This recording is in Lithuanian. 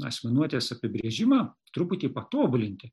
asmenuotės apibrėžimą truputį patobulinti